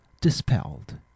Dispelled